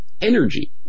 energy